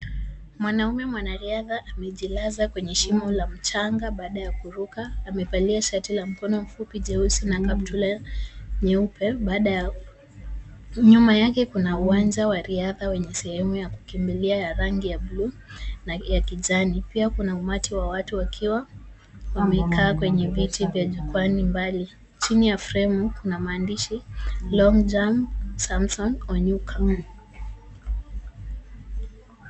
Mwanaume mwanariadha amejilaza kwenye shimo la mchanga baada ya kuruka. Amevalia shati la mkono mfupi jeusi na kaptura nyeupe baada ya . Nyuma yake kuna uwanja wa riadha na sehemu ya kukimbilia ya rangi ya bluu na ya kijani. Pia kuna umati wa watu wakiwa wamekaa kwenye viti vya jukwaani mbali. Chini ya fremu kuna maandishi long jump Samson Onyuka.